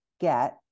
get